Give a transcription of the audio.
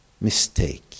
mistake